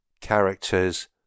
characters